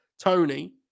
Tony